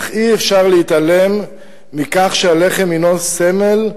אך אי-אפשר להתעלם מכך שהלחם הינו סמל,